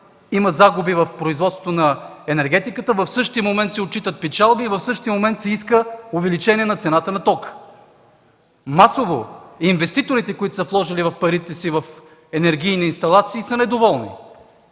има загуби в производството на енергетиката, а в същия момент се отчитат печалби, в същия момент се иска увеличение на цената на тока. Масово инвеститорите, които са вложили парите си в енергийни инсталации, са недоволни.